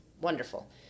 Wonderful